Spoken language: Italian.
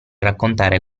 raccontare